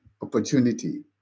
opportunity